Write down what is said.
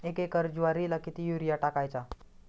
एक एकर ज्वारीला किती युरिया टाकायचा?